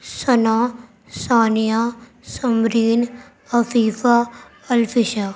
Sana Saniya Samreen Afifa Alfisha